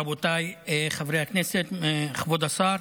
רבותיי חברי הכנסת, כבוד השר,